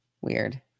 Weird